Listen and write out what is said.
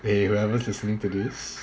eh whoever's listening to this